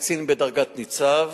קצין בדרגת ניצב,